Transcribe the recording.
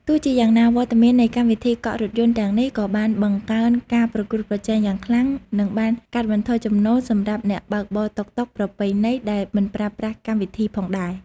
ទោះជាយ៉ាងណា វត្តមាននៃកម្មវិធីកក់រថយន្តទាំងនេះក៏បានបង្កើនការប្រកួតប្រជែងយ៉ាងខ្លាំង និងបានកាត់បន្ថយចំណូលសម្រាប់អ្នកបើកបរតុកតុកប្រពៃណីដែលមិនប្រើប្រាស់កម្មវិធីផងដែរ។